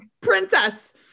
Princess